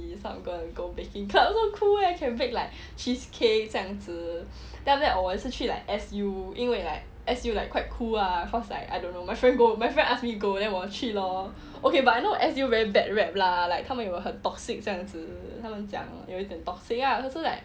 so I'm gonna go baking club so cool eh can bake like cheesecake 这样子 then after that 我也是去 like S_U 因为 like S_U quite cool lah cause like I dunno my friend ask me go then 我去 lor okay but I know S_U very bad rep lah like 他们有很 toxic 这样子